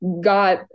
got